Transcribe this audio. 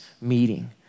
meeting